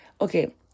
okay